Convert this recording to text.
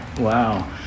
Wow